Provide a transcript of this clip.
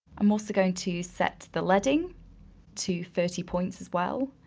i'm also going to set the leading to thirty points as well,